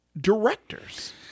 directors